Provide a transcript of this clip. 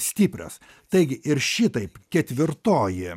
stiprios taigi ir šitaip ketvirtoji